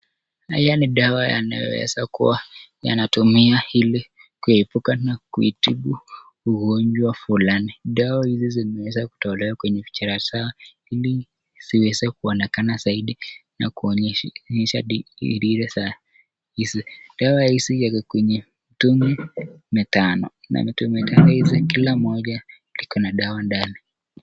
Haya ni dawa yanaweza kuwa yanatumia ili kuepuka na kuitibu ugonjwa fulani. Dawa hizi zimeweza kutolewa kwenye kichera zao ili ziweze kuonekana zaidi na kuonyesha dirire za hizi. Dawa hizi ziko kwenye mtungi mitano na mtungi mitano hizi kila mmoja liko na dawa ndani.